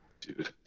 dude